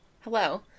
Hello